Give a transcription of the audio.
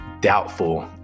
doubtful